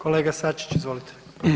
Kolega Sačić, izvolite.